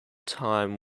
time